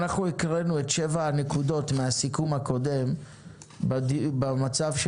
הקראנו את 7 הנקודות מהסיכום הקודם במצב של